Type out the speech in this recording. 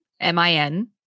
MIN